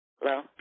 Hello